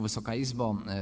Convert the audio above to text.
Wysoka Izbo!